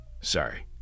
Sorry